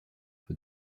für